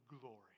glory